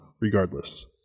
regardless